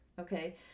Okay